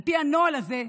על פי הנוהל הזה,